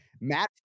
matt